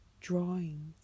drawings